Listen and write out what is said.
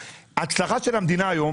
ההצלחה של המדינה היום,